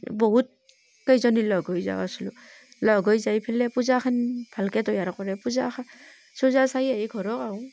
বহুত কেইজনীৰ লগ হৈ যাওঁ আচল লগ হৈ যাই পেলাই পূজাখন ভালকৈ তৈয়াৰ কৰে পূজা চূজা চাই আহি ঘৰত আহোঁ